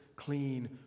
Clean